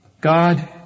God